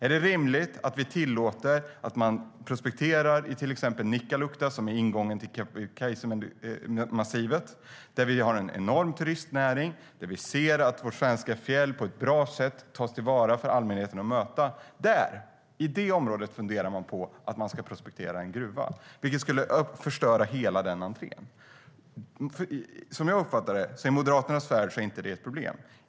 Är det rimligt att vi tillåter att man prospekterar i till exempel Nikkaluokta, som är ingången till Kebnekaisemassivet? Vi har en enorm turistnäring där, och våra svenska fjäll tas till vara på ett bra sätt för allmänheten. I det området funderar man på att prospektera för en gruva, vilket skulle förstöra hela den entrén. Som jag uppfattar det är detta inget problem i Moderaternas värld.